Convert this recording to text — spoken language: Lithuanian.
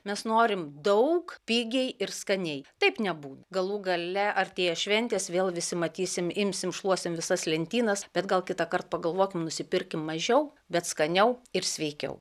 mes norim daug pigiai ir skaniai taip nebūna galų gale artėja šventės vėl visi matysim imsim šluosim visas lentynas bet gal kitąkart pagalvokim nusipirkim mažiau bet skaniau ir sveikiau